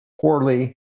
poorly